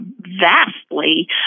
vastly